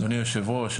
אדוני היושב ראש,